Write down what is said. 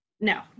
No